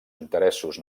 interessos